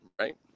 right